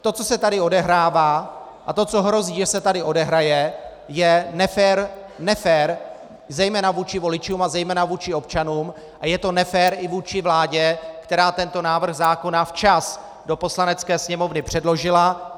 To, co se tady odehrává, a to, co hrozí, že se tady odehraje, je nefér zejména vůči voličům a zejména vůči občanům a je to nefér i vůči vládě, která tento návrh zákona včas do Poslanecké sněmovny předložila.